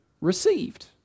received